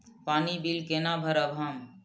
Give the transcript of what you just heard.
पानी बील केना भरब हम?